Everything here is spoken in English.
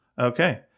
okay